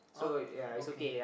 all the okay